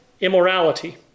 immorality